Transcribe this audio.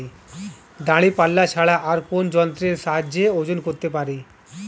দাঁড়িপাল্লা ছাড়া আর কোন যন্ত্রের সাহায্যে ওজন করতে পারি?